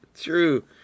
true